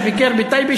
שביקר בטייבה,